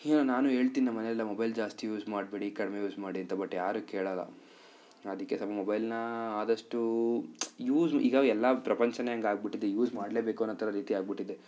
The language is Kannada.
ಈಗ ನಾನು ಹೇಳ್ತೀನಿ ನಮ್ಮನೇಲೆಲ್ಲ ಮೊಬೈಲ್ ಜಾಸ್ತಿ ಯೂಸ್ ಮಾಡಬೇಡಿ ಕಡಿಮೆ ಯೂಸ್ ಮಾಡಿ ಅಂತ ಬಟ್ ಯಾರೂ ಕೇಳೋಲ್ಲ ಅದಕ್ಕೆ ಸ್ವಲ್ಪ ಮೊಬೈಲ್ನ ಆದಷ್ಟೂ ಯೂಸ್ ಈಗ ಎಲ್ಲ ಪ್ರಪಂಚವೇ ಹಂಗೆ ಆಗಿಬಿಟ್ಟಿದೆ ಯೂಸ್ ಮಾಡಲೇಬೇಕು ಅನ್ನೋ ಥರ ರೀತಿ ಆಗಿಬಿಟ್ಟಿದೆ